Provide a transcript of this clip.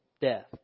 Death